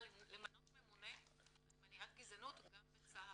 למנות ממונה על מניעת גזענות גם בצה"ל.